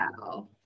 wow